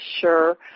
sure